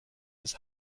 his